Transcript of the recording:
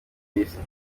isi